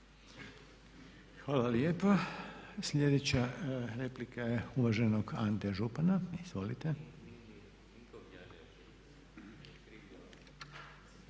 hvala lijepa. Sljedeća replika je uvaženog Ante Župana. Izvolite.